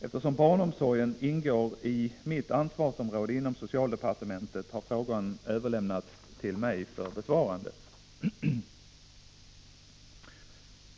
Eftersom barnomsorgen ingår i mitt ansvarsområde inom socialdepartementet har frågan överlämnats till mig för besvarande.